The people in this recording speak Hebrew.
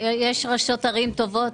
יש ראשות ערים טובות.